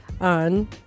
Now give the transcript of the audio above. on